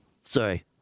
Sorry